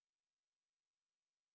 ya he